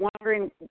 wondering